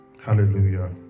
Hallelujah